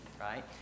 Right